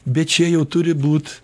bet čia jau turi būt